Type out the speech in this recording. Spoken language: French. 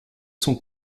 sont